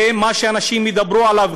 זה מה שאנשים ידברו עליו,